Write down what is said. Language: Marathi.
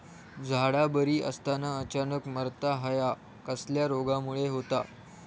झाडा बरी असताना अचानक मरता हया कसल्या रोगामुळे होता?